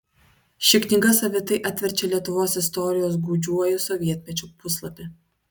ši knyga savitai atverčia lietuvos istorijos gūdžiuoju sovietmečiu puslapį